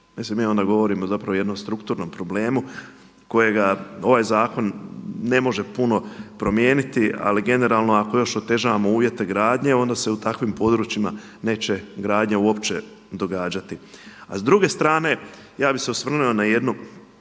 Mislim mi onda govorimo o jednom strukturnom problemu kojega ovaj zakon ne može puno promijeniti, ali generalno ako još otežavamo uvjete gradnje onda se u takvim područjima neće gradnja uopće događati. A s druge strane ja bih se osvrnuo na jednu